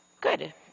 good